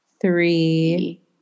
Three